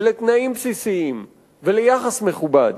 לתנאים בסיסיים וליחס מכובד.